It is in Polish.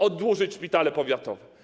Oddłużyć szpitale powiatowe.